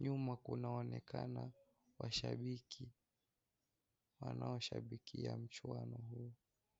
nyuma kunaonekana washabiki wanaoshabikia mchuano huu.